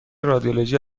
رادیولوژی